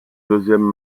deuxième